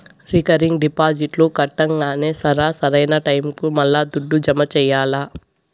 recurring డిపాజిట్లు కట్టంగానే సరా, సరైన టైముకి మల్లా దుడ్డు జమ చెయ్యాల్ల